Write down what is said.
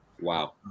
Wow